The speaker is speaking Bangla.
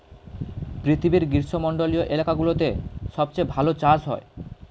পৃথিবীর গ্রীষ্মমন্ডলীয় এলাকাগুলোতে সবচেয়ে ভালো চাষ হয়